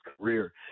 career